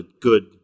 good